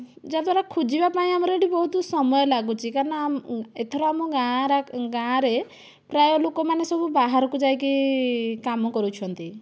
ଯାହାଦ୍ଵାରା ଖୋଜିବା ପାଇଁ ଆମର ବହୁତ ସମୟ ଲାଗୁଛି କାରଣ ଆମର ଏଥର ଆମ ଗାଁରେ ପ୍ରାୟ ଲୋକମାନେ ସବୁ ବାହାରକୁ ଯାଇକି କାମ କରୁଛନ୍ତି